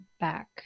back